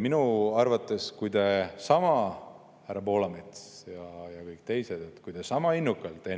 Minu arvates on nii, et kui te, härra Poolamets, Henn ja kõik teised, sama innukalt